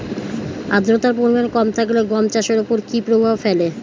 আদ্রতার পরিমাণ কম থাকলে গম চাষের ওপর কী প্রভাব ফেলে?